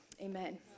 amen